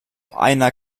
einer